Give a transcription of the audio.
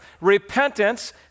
repentance